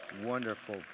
Wonderful